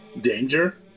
Danger